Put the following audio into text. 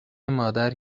مادر